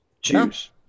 choose